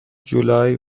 جولای